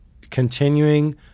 continuing